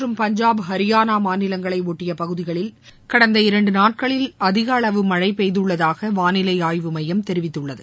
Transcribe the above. சண்டிகர் மற்றும் பஞ்சாப் அரியானா மாநிலங்களை ஒட்டிய பகுதிகளில் கடந்த இரண்டு நாட்களில் அதிகளவு மழை பெய்துள்ளதாக வானிலை ஆய்வு மையம் தெரிவித்துள்ளது